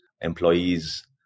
employees